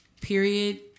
Period